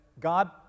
God